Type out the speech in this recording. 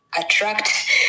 Attract